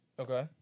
Okay